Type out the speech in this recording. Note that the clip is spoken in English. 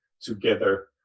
together